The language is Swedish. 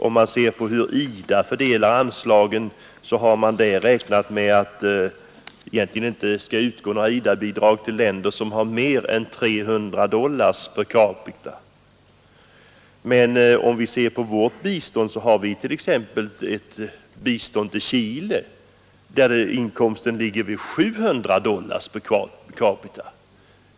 Om man ser på hur IDA fördelar anslagen, finner man att det egentligen inte skall utgå några IDA-bidrag till länder som har mer än 300 dollar per capita, men vi lämnar bistånd till exempelvis Chile, där bruttonationalprodukten ligger vid 700 dollar per capita.